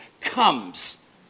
comes